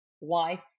wife